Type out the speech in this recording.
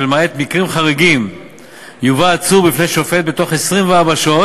כשלמעט מקרים חריגים יובא עצור בפני שופט בתוך 24 שעות